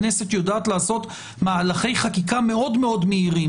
הכנסת יודעת לעשות מהלכי חקיקה מאוד מאוד מהירים.